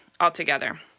altogether